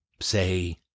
say